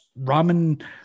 ramen